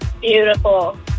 Beautiful